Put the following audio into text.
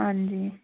ਹਾਂਜੀ